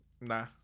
Nah